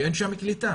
שאין שם קליטה.